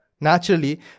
naturally